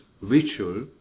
ritual